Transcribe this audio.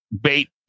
bait